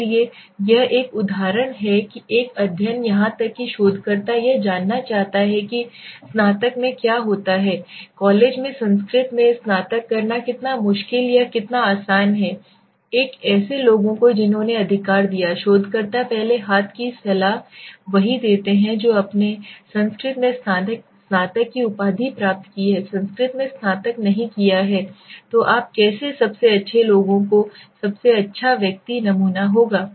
इसलिए यह एक उदाहरण है एक अध्ययन यहां तक कि शोधकर्ता यह जानना चाहता है कि स्नातक में क्या होता है कॉलेज में संस्कृत में स्नातक करना कितना मुश्किल या कितना आसान है एक ऐसे लोगों को जिन्होंने अधिकार दिया शोधकर्ता पहले हाथ की सलाह वही देते हैं जो आपने संस्कृत में स्नातक की उपाधि प्राप्त की है संस्कृत में स्नातक नहीं किया है तो आप कैसे सबसे अच्छे लोगों को सबसे अच्छा व्यक्ति नमूना होगा